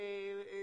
לגבי